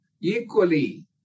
equally